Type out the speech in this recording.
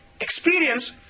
experience